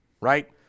Right